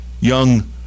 young